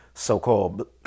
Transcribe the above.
so-called